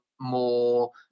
more